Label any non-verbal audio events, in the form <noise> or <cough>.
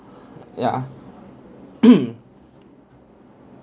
ya <coughs>